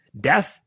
Death